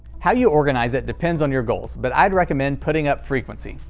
how you organize it depends on your goals, but i'd recommend putting up frequency.